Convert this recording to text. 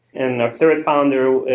and our third founder,